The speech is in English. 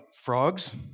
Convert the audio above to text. frogs